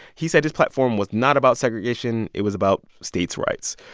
he said his platform was not about segregation it was about states' rights.